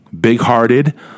big-hearted